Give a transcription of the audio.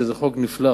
שזה חוק נפלא,